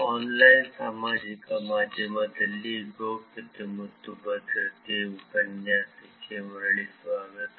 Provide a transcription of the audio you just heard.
online ಸಾಮಾಜಿಕ ಮಾಧ್ಯಮದಲ್ಲಿ ಗೌಪ್ಯತೆ ಮತ್ತು ಭದ್ರತೆ ಉಪನ್ಯಾಸಕ್ಕೆ ಮರಳಿ ಸ್ವಾಗತ